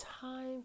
time